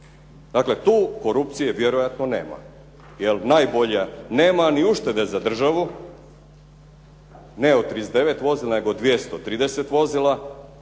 Dakle, tu korupcije vjerojatno nema jer najbolje, nema ni uštede za državu, ne od 39 vozila, nego 230 vozila